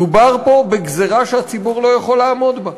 דובר פה בגזירה שהציבור לא יכול לעמוד בה.